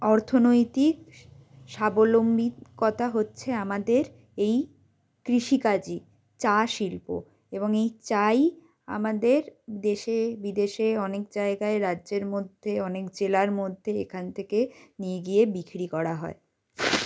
অর্থনৈতিক স্বাবলম্বিতা হচ্ছে আমাদের এই কৃষিকাজই চা শিল্প এবং এই চা ই আমাদের দেশে বিদেশে অনেক জায়গায় রাজ্যের মধ্যে অনেক জেলার মধ্যে এখান থেকে নিয়ে গিয়ে বিক্রি করা হয়